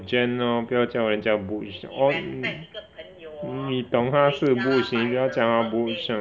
Jen lor 不要叫人家 butch or n~ 你懂她是 butch 你不要叫她 butch lah